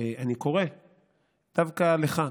אני קורא דווקא לך,